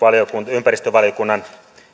ympäristövaliokunnan